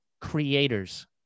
creators